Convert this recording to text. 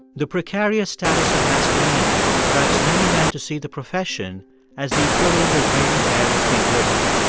the precarious status of masculinity drives many men to see the profession as the equivalent of braiding hair with pink ribbons.